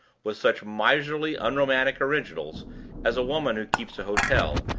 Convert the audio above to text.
with such miserably unromantic originals as a woman who keeps a hotel,